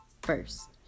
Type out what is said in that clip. first